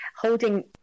holding